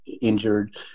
injured